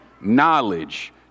knowledge